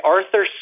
Arthur